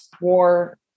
war